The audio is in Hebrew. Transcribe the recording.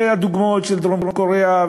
והדוגמאות של דרום-קוריאה,